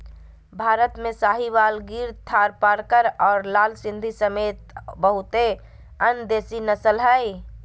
भारत में साहीवाल, गिर थारपारकर और लाल सिंधी समेत बहुते अन्य देसी नस्ल हइ